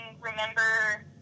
remember